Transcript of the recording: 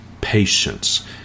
patience